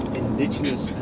indigenous